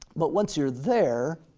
but once you're there,